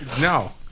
No